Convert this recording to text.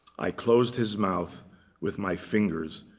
i closed his mouth with my fingers,